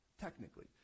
technically